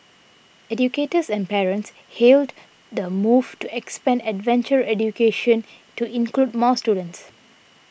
educators and parents hailed the move to expand adventure education to include more students